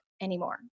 anymore